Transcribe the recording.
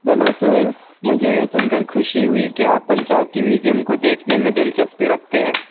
hello Suhail مجھے یہ سن کر خوشی ہوئی کہ آپ پنچاوتی میوزیم کو دیکھنے میں دلچسپی رکھتے ہیں